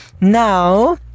now